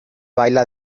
baila